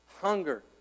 hunger